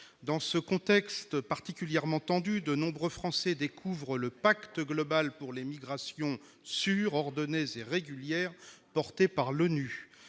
Dans ce contexte particulièrement tendu, de nombreux Français découvrent le Pacte global pour les migrations sûres, ordonnées et régulières porté par l'ONU.